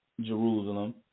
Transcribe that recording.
Jerusalem